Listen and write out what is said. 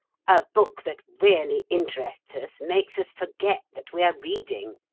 a book that really interests us makes us forget that we are reading.